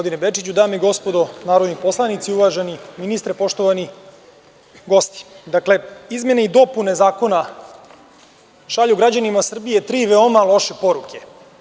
Dame i gospodo narodni poslanici, uvaženi ministre, poštovani gosti, izmene i dopune zakona šalju građanima Srbije tri veoma loše poruke.